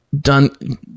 done